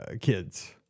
kids